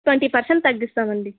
twenty percent తగ్గిస్తామండీ